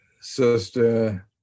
sister